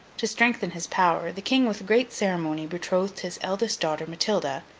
to strengthen his power, the king with great ceremony betrothed his eldest daughter matilda,